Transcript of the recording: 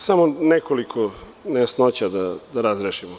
Samo nekoliko nejasnoća da razrešimo.